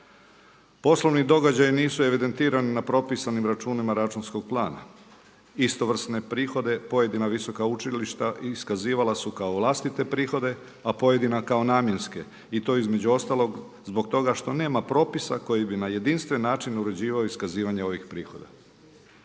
Poslovni događaji nisu evidentirani na propisanim računima računskog plana. Istovrsne prihode pojedina visoka učilišta iskazivala su kao vlastite prihode, a pojedina kao namjenske i to između ostalog zbog toga što nema propisa koji bi na jedinstven način uređivao iskazivanje ovih prihoda.